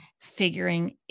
figuring